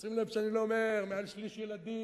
שים לב שאני לא אומר: מעל שליש ילדים,